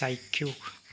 চাক্ষুষ